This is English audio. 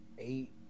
eight